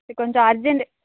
சரி கொஞ்சம் அர்ஜெண்ட்டு